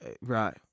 Right